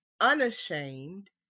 unashamed